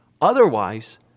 Otherwise